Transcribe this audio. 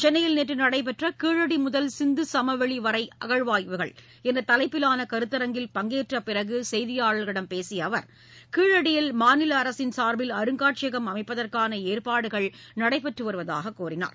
சென்னையில் நேற்று நடைபெற்ற கீழடி முதல் சிந்துசமவெளி வரை அகழாய்வுகள் என்ற தலைப்பிலான கருத்தரங்கில் பங்கேற்ற பிறகு செய்தியாளர்களிடம் பேசிய அவர் கீழடியில் மாநில அரசின் சார்பில் அருங்காட்சியம் அமைப்பதற்கான ஏற்பாடுகள் நடைபெற்று வருவதாக கூறினார்